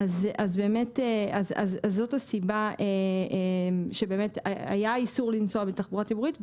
אז באמת זאת הסיבה שבגללה היה איסור לנסוע בתחבורה ציבורית.